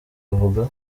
avuga